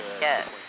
Yes